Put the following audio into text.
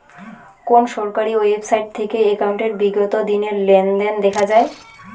কোন সরকারি ওয়েবসাইট থেকে একাউন্টের বিগত দিনের লেনদেন দেখা যায়?